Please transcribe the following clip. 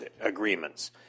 agreements